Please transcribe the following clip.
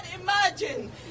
imagine